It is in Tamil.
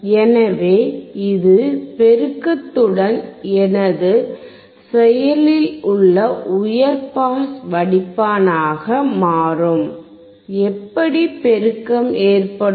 எனவே இது பெருக்கத்துடன் எனது செயலில் உள்ள உயர் பாஸ் வடிப்பானாக மாறும் எப்படி பெருக்கம் ஏற்படும்